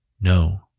No